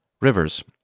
Rivers